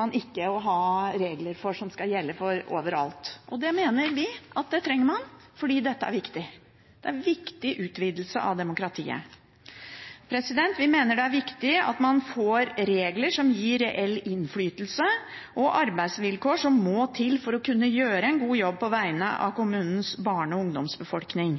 man ikke trenger å ha regler for det som skal gjelde overalt. Det mener vi at man trenger, for dette er viktig. Det er en viktig utvidelse av demokratiet. Vi mener det er viktig at man får regler som gir reell innflytelse, og arbeidsvilkår som må til for å kunne gjøre en god jobb på vegne av kommunens barne- og ungdomsbefolkning.